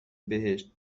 بهشت